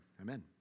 Amen